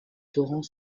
torrent